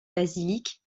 basiliques